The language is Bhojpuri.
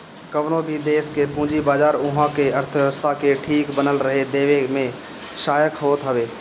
कवनो भी देस के पूंजी बाजार उहा के अर्थव्यवस्था के ठीक बनल रहे देवे में सहायक होत हवे